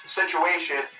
situation